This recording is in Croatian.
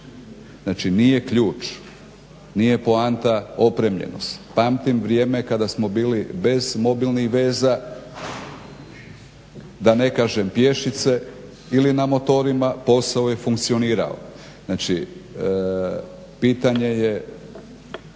znači nije ključ, nije poanta opremljenost. Pamtim vrijeme kada smo bili bez mobilnih veza, da ne kažem pješice ili na motorima, posao je funkcionirao, znači pitanje je